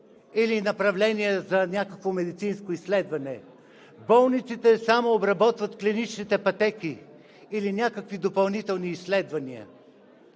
или направления за някакво медицинско изследване. Болниците само обработват клиничните пътеки или някакви допълнителни изследвания.